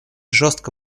жестко